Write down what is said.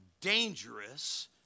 dangerous